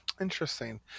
interesting